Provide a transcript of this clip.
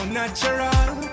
natural